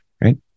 right